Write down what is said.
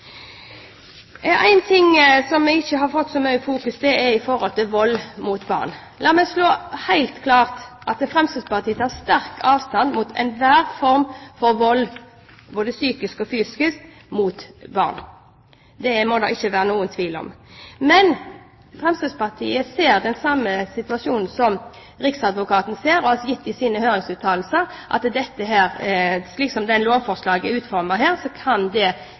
ting som ikke har blitt så mye fokusert, og det gjelder vold mot barn. La meg slå fast at Fremskrittspartiet tar sterk avstand fra enhver form for vold mot barn, både psykisk og fysisk. Det må det ikke være noen tvil om. Men Fremskrittspartiet ser den samme situasjonen som Riksadvokaten har gitt uttrykk for i sine høringsuttalelser, at slik som dette lovforslaget er utformet her, kan det